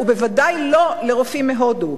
ובוודאי לא לרופאים מהודו.